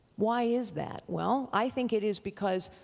why is that? well, i think it is because,